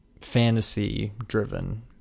fantasy-driven